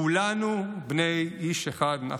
"כולנו בני איש אחד נחנו",